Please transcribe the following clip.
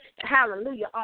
Hallelujah